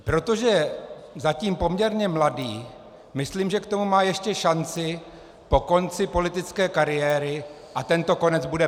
Protože je zatím poměrně mladý, myslím, že k tomu má ještě šanci po konci politické kariéry a tento konec bude brzký.